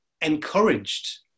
encouraged